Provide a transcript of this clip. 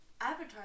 Avatar